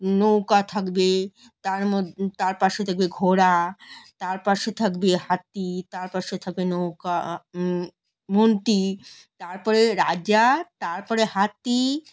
নৌকা থাকবে তার মধ্যে তার পাশে থাকবে ঘোড়া তার পাশে থাকবে হাতি তার পাশে থাকবে নৌকা মন্ত্রী তার পরে রাজা তার পরে হাতি